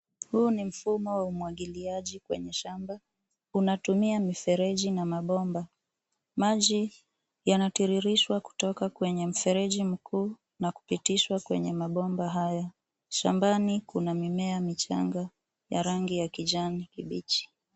Huu ni mfumo wa umwagiliaji kwenye shamba, unatumia mifereji na mabomba. Maji yanatiririshwa kutoka kwenye mfereji mkuu na kupitishwa kwenye mabomba haya. Shambani kuna mimea michanga ya rangi ya kijani kibichi.